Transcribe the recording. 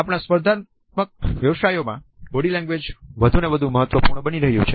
આપણા સ્પર્ધાત્મક વ્યવસાયોમાં બોડી લેંગ્વેજ વધુને વધુ મહત્વપૂર્ણ બની રહી છે